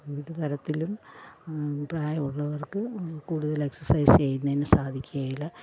ഒരു തരത്തിലും പ്രായം ഉള്ളവർക്ക് കൂടുതൽ എക്സർസൈസ് ചെയ്യുന്നതിന് സാധിക്കുകയില്ല